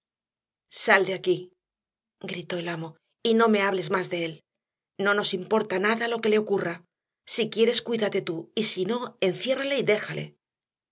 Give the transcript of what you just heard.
sal de aquí gritó el amo y no me hables más de él no nos importa nada de lo que le ocurra si quieres cuídate tú y si no enciérrale y déjale